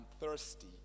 thirsty